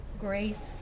grace